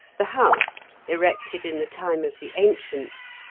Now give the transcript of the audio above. the house, erected in the time of the ancients,